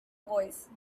voice